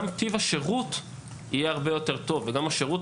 גם טיב השירות יהיה הרבה יותר טוב וגם השירות